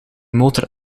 motor